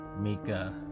Mika